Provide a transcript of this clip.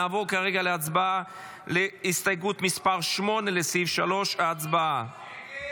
נעבור כרגע להצבעה על הסתייגות 8 לסעיף 3. הצבעה.